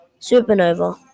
Supernova